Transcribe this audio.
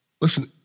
Listen